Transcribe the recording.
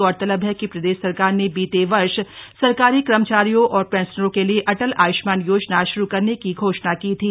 गौरतलब है कि प्रदेश सरकार ने बीते वर्ष सरकारी कर्मचारियों और पेंशनरों के लिए अटल आयुष्मान योजना श्रू करने की घोषणा की थी